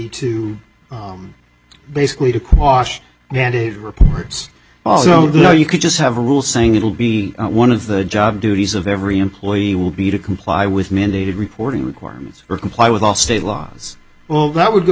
to basically to quash mandate reports oh no you could just have a rule saying it will be one of the job duties of every employee will be to comply with mandated reporting requirements or comply with all state laws well that would go